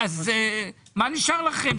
החשב הכללי שאל אותי האם נראה לי שהוועדה תאשר את זה.